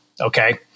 Okay